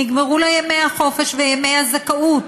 נגמרו לה ימי החופש וימי הזכאות,